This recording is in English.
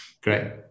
Great